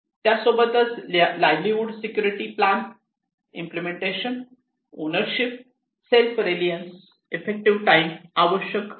त्यासोबतच livelihood security plan implementation ownership self reliance effective time आवश्यक आहे